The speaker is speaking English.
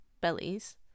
bellies